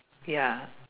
ya